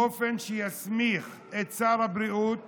באופן שיסמיך את שר הבריאות